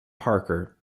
parker